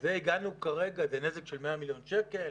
הגענו כרגע לנזק של 100 מיליון שקלים.